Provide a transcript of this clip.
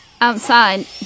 Outside